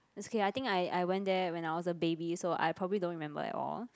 it's okay I think I I went there when I was a baby so I probably don't remember at all